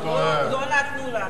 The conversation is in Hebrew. לא נתנו לנו.